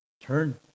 Turn